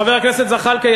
חבר הכנסת זחאלקה,